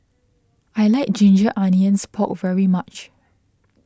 I like Ginger Onions Pork very much